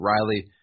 Riley